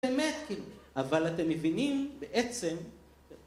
‫באמת, אבל אתם מבינים בעצם...